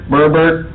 Berbert